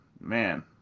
Man